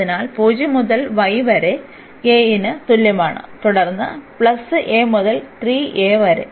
അതിനാൽ 0 മുതൽ y വരെ a ന് തുല്യമാണ് തുടർന്ന് പ്ലസ് a മുതൽ 3a വരെ